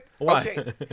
okay